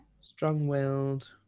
Strong-willed